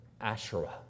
Asherah